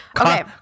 Okay